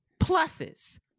pluses